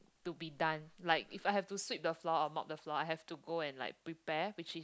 to be done like if I have to sweep the floor or mop the floor I have to go and like prepare which is